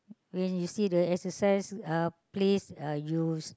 when you see the exercise uh place uh you